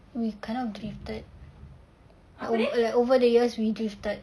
we kind of drifted like over the years we drifted